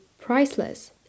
priceless